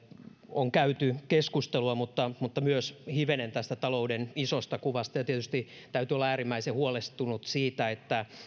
on käyty keskustelua mutta mutta myös hivenen tästä talouden isosta kuvasta tietysti täytyy olla äärimmäisen huolestunut siitä että